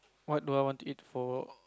what do I want to eat for